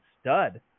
stud